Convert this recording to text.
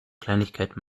kleinigkeit